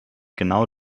genau